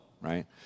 right